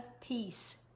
peace